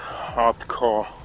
hardcore